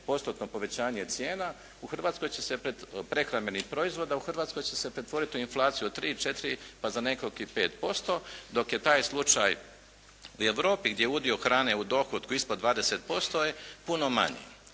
proizvoda, u Hrvatskoj će se pretvoriti u inflaciju od 3, 4 pa za nekoliko i 5% dok je taj slučaj u Europi, gdje je udio hrane u dohotku ispod 20% je puno manji.